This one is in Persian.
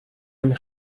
نمی